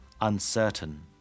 uncertain